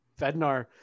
Fednar